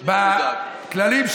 בכללים שלהם,